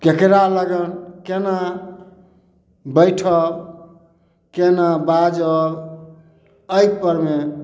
ककरा लग केना बैठब केना बाजब अइपर मे